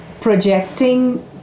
projecting